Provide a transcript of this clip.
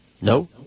No